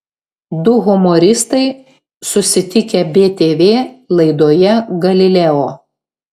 du humoristai susitikę btv laidoje galileo